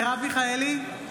(קוראת בשמות חברי הכנסת) מרב מיכאלי,